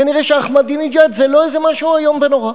כנראה אחמדינג'אד זה לא איזה משהו איום ונורא.